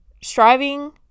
striving